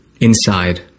Inside